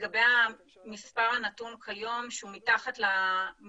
לגבי המספר הנתון כיום שהוא מתחת למכסה